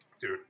Dude